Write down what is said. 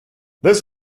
this